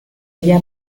ella